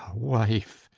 wife,